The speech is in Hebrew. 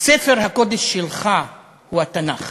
ספר הקודש שלך הוא התנ"ך.